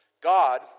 God